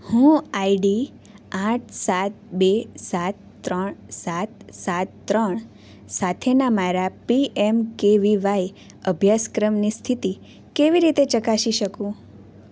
હું આઈડી આઠ સાત બે સાત ત્રણ સાત સાત ત્રણ સાથેના મારા P M K V Y અભ્યાસક્રમની સ્થિતિ કેવી રીતે ચકાસી શકું